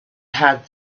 had